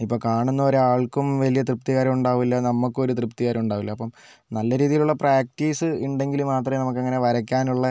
ഇപ്പം കാണുന്ന ഒരാൾക്കും വലിയ തൃപ്തികരം ഉണ്ടാവില്ല നമുക്കും ഒരു തൃപ്തികരം ഉണ്ടാവില്ല അപ്പം നല്ല രീതിയിലുള്ള പ്രാക്ടീസ് ഉണ്ടെങ്കിൽ മാത്രമേ നമുക്കങ്ങനെ വരയ്ക്കാനുള്ള